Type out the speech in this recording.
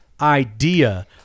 idea